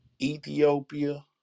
Ethiopia